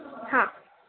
हां